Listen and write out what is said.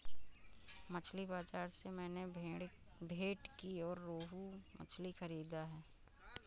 मछली बाजार से मैंने भेंटकी और रोहू मछली खरीदा है